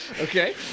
Okay